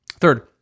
Third